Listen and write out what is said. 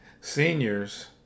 seniors